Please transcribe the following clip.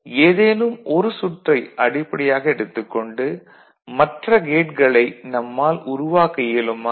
எனவே ஏதேனும் ஒரு சுற்றை அடிப்படையாக எடுத்துக் கொண்டு மற்ற கேட்களை நம்மால் உருவாக்க இயலுமா